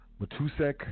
Matusek